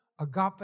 agape